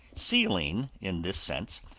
sealing, in this sense,